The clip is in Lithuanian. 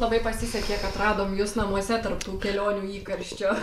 labai pasisekė kad radom jus namuose tarp tų kelionių įkarščio